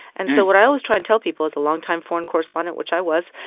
and so what i always try and tell people as a longtime foreign correspondent, which i was,